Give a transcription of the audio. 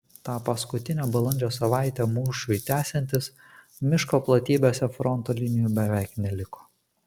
tą paskutinę balandžio savaitę mūšiui tęsiantis miško platybėse fronto linijų beveik neliko